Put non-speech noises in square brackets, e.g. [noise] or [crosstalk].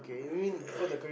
[coughs]